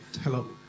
Hello